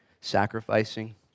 sacrificing